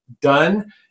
done